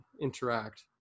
interact